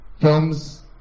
films